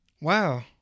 Wow